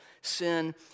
sin